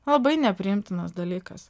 labai nepriimtinas dalykas